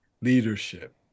leadership